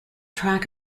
track